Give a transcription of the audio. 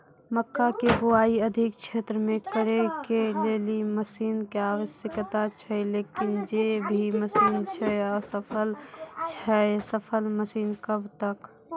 मक्का के बुआई अधिक क्षेत्र मे करे के लेली मसीन के आवश्यकता छैय लेकिन जे भी मसीन छैय असफल छैय सफल मसीन कब तक?